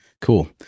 cool